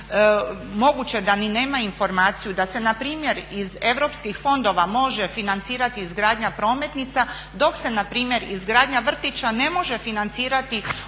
Moguće da ni nema informaciju da se na primjer iz europskih fondova može financirati izgradnja prometnica dok se na primjer izgradnja vrtića ne može financirati